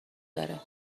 داره